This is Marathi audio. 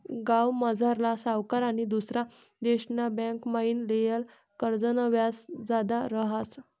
गावमझारला सावकार आनी दुसरा देशना बँकमाईन लेयेल कर्जनं व्याज जादा रहास